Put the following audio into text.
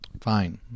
Fine